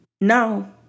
no